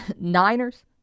Niners